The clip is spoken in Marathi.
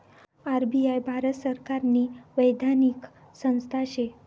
आर.बी.आय भारत सरकारनी वैधानिक संस्था शे